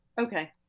Okay